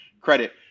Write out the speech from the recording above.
credit